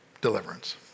deliverance